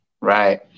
right